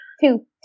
two